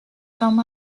from